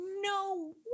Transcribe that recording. no